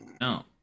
No